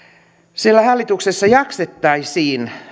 siellä hallituksessa jaksettaisiin